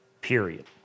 period